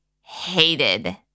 hated